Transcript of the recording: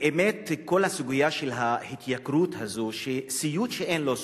באמת כל הסוגיה של ההתייקרות הזאת היא סיוט שאין לו סוף.